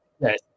Yes